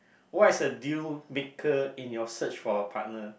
what is a deal maker in your search for a partner